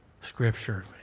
Scripture